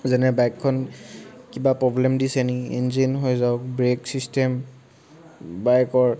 যেনে বাইকখন কিবা প্ৰব্লেম দিছে নি ইঞ্জিন হৈ যাওক ব্ৰেক ছিষ্টেম বাইকৰ